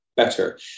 better